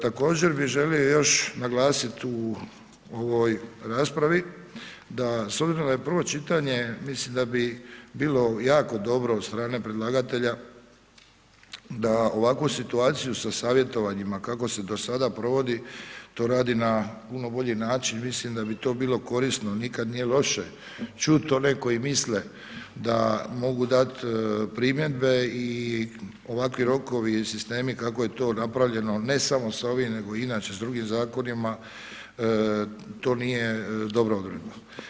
Također bi želio još naglasiti u ovoj raspravi da, s obzirom da je prvo čitanje, mislim da bi bilo jako dobro od strane predlagatelja, da ovakvu situaciju sa savjetovanjima kako se do sada provodi, to radi na puno bolji način, mislim da bi to bilo korisno, nikad nije loše čuti one koji misle, da mogu dati primjedbe i ovakvi rokovi i sistemi kako je to napravljeno, ne samo s ovim, nego i inače s drugim zakonima, to nije dobro.